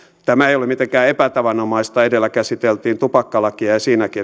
tämä ei ole mitenkään epätavanomaista edellä käsiteltiin tupakkalakia ja siinäkin